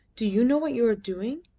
do you know what you are doing?